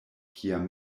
kiam